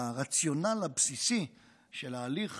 ברציונל הבסיסי של ההליך